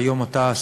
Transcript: והיום אתה,